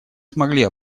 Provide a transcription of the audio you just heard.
смогли